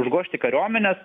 užgožti kariuomenės